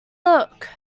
look